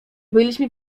byliśmy